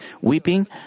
weeping